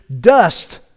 dust